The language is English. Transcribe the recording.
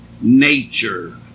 nature